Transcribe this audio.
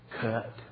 cut